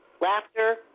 laughter